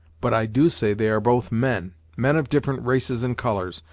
but i do say they are both men. men of different races and colors,